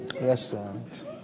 restaurant